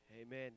Amen